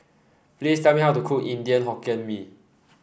please tell me how to cook Indian Mee Goreng